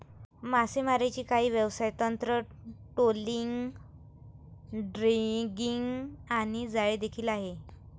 मासेमारीची काही व्यवसाय तंत्र, ट्रोलिंग, ड्रॅगिंग आणि जाळी देखील आहे